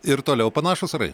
ir toliau panašūs orai